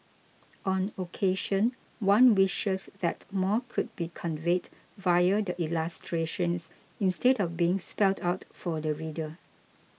on occasion one wishes that more could be conveyed via the illustrations instead of being spelt out for the reader